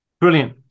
brilliant